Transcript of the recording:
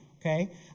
Okay